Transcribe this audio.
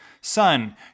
son